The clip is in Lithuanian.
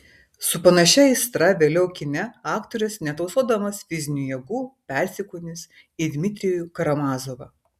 su panašia aistra vėliau kine aktorius netausodamas fizinių jėgų persikūnys į dmitrijų karamazovą